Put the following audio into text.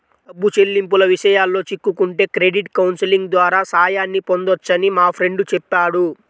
డబ్బు చెల్లింపుల విషయాల్లో చిక్కుకుంటే క్రెడిట్ కౌన్సిలింగ్ ద్వారా సాయాన్ని పొందొచ్చని మా ఫ్రెండు చెప్పాడు